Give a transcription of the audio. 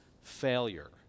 failure